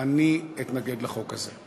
אני אתנגד לחוק הזה.